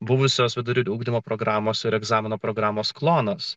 buvusios vidurinio ugdymo programos ir egzamino programos klonas